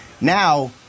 Now